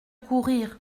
courir